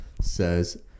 says